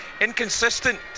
inconsistent